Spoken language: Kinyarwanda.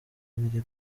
biri